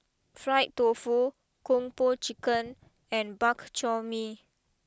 Fried Tofu Kung Po Chicken and Bak Chor Mee